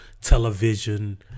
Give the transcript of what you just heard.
television